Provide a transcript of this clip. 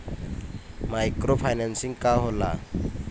Micro financing का होला?